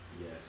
Yes